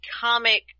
comic